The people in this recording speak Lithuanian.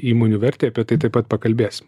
įmonių vertei apie tai taip pat pakalbėsim